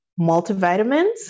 multivitamins